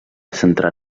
centrar